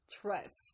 Trust